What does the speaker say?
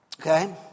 Okay